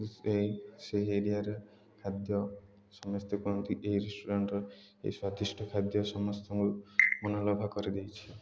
ସେଇ ସେଇ ଏରିଆରେ ଖାଦ୍ୟ ସମସ୍ତେ କୁହନ୍ତି ଏହି ରେଷ୍ଟୁରାଣ୍ଟ୍ର ଏ ସ୍ଵାଦିଷ୍ଟ ଖାଦ୍ୟ ସମସ୍ତଙ୍କୁ ମନଲୋଭା କରିଦେଇଛି